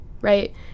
right